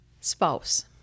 spouse